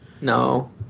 No